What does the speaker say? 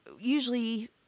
usually